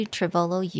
Travolo